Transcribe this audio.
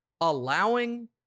allowing